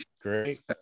great